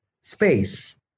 space